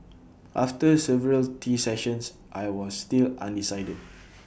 after several tea sessions I was still undecided